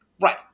Right